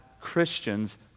Christians